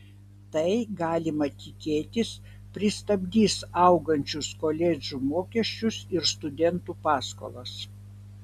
tai galima tikėtis pristabdys augančius koledžų mokesčius ir studentų paskolas